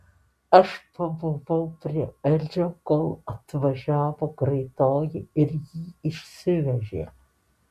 aš pabuvau prie edžio kol atvažiavo greitoji ir jį išsivežė